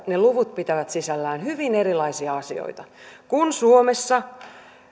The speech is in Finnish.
ne luvut pitävät sisällään hyvin erilaisia asioita kun suomessa